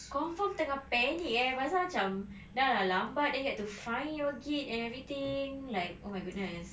confirm tengah panic eh pasal macam dah lah lambat then you have to find your gate and everything like oh my goodness